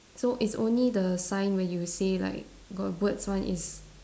so it's only the sign where you say like got words one is